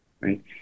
right